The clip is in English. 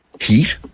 Heat